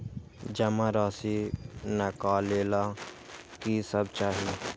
जमा राशि नकालेला कि सब चाहि?